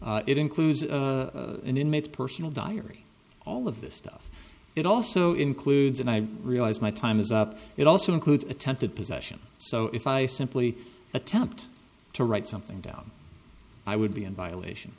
by it includes an inmate's personal diary all of this stuff it also includes and i realize my time is up it also includes attempted possession so if i simply attempt to write something down i would be in violation